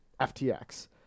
FTX